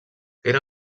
era